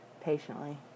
Patiently